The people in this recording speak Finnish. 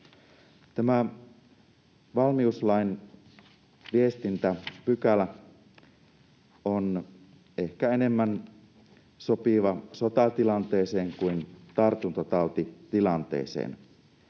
valmiuslain viestintäpykälä on ehkä enemmän sopiva sotatilanteeseen kuin tartuntatautitilanteeseen.